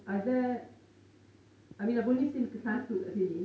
are there I mean I've only seen satu kat sini